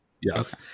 Yes